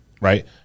Right